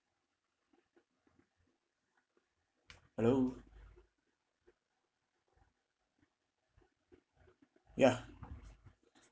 hello ya